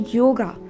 yoga